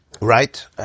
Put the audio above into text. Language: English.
right